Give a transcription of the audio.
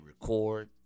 record